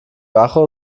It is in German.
wache